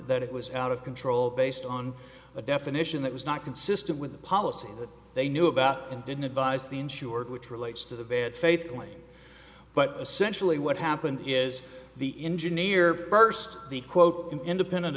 that it was out of control based on a definition that was not consistent with the policy that they knew about and didn't advise the insured which relates to the bad faith only but essentially what happened is the engineer first the quote independent